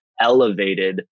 elevated